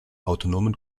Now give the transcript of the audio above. autonomer